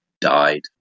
died